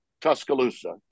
Tuscaloosa